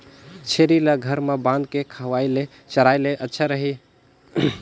छेरी ल घर म बांध के खवाय ले चराय ले अच्छा रही?